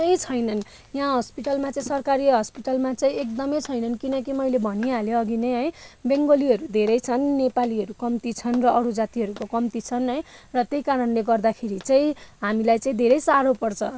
एकदमै छैनन् याँ हस्पिटलमा चाहिँ सरकारी हस्पिटलमा चाहिँ एकदमै छैनन् किनकि मैले भनिहालेँ अघि नै है बङ्गालीहरू धेरै छन् नेपालीहरू कम्ती छन् र अरू जातिहरूको कम्ती छन् है र त्यही कारणले गर्दाखेरि चाहिँ हामीलाई चाहिँ धेरै साह्रो पर्छ